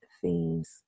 themes